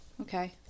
Okay